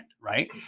right